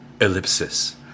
Ellipsis